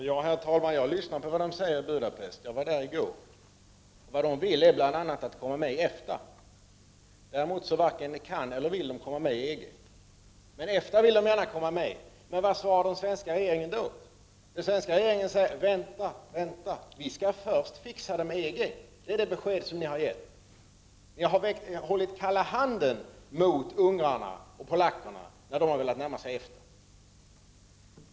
Herr talman! Ja, jag lyssnar på vad de säger i Budapest. Jag var där i går. Vad de vill är bl.a. att få komma med i EFTA. Däremot varken kan eller vill de komma med i EG. EFTA vill de som sagt emellertid gärna komma med i. Men vad svarar den svenska regeringen då? Den svenska regeringen säger: Vänta, vänta. Vi skall först fixa våra relationer med EG. Detta är det besked regeringen har givit. Regeringen har givit ungrarna och polackerna kalla handen när dessa har velat närma sig EFTA.